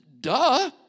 duh